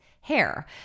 hair